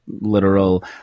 literal